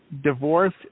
Divorce